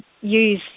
use